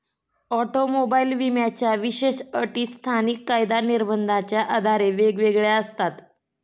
automobile विम्याच्या विशेष अटी स्थानिक कायदा निर्बंधाच्या आधारे वेगवेगळ्या असतात